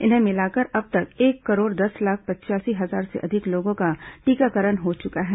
इन्हें मिलाकर अब तक एक करोड़ दस लाख पचयासी हजार से अधिक लोगों का टीकाकरण हो चुका है